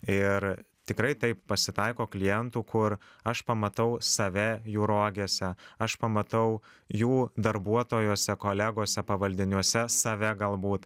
ir tikrai taip pasitaiko klientų kur aš pamatau save jų rogėse aš pamatau jų darbuotojuose kolegose pavaldiniuose save galbūt